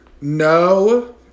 No